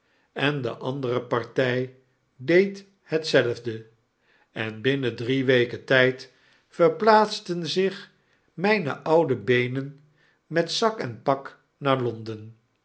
en de andere party deed hetzelfde en binnen drie wekentyd verplaatsten zich mijne oude beenen met zak en pak naar londen